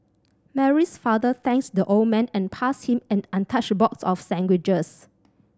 Mary's father thanked the old man and passed him an untouched box of sandwiches